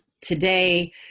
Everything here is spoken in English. today